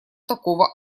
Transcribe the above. такого